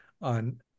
on